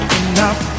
enough